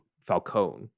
Falcone